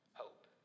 hope